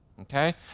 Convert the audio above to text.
okay